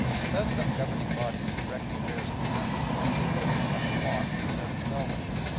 without some governing body to direct the affairs of the country they would have been like a flock without its bellwether.